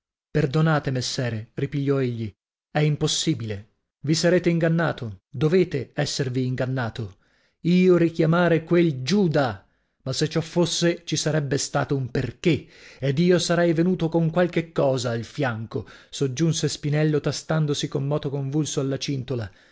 perdonate messere ripigliò egli è impossibile vi sarete ingannato dovete esservi ingannato io richiamare quel giuda ma se ciò fosse ci sarebbe stato un perchè ed io sarei venuto con qualche cosa al fianco soggiunse spinello tastandosi con moto convulso alla cintola